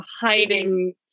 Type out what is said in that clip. hiding